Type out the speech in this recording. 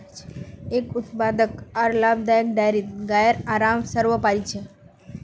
एक उत्पादक आर लाभदायक डेयरीत गाइर आराम सर्वोपरि छ